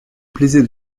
plaisait